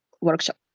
workshop